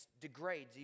degrades